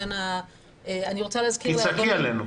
תצעקי עלינו.